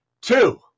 two